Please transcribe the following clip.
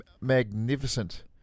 magnificent